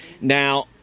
Now